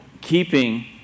Keeping